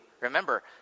Remember